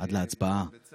היום